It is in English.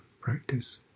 practice